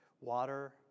water